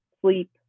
sleep